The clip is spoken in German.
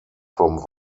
vom